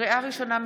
לקריאה ראשונה,